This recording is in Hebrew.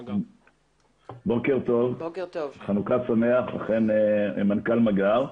בוקר טוב, חנוכה שמח, אכן מנכ"ל מגער.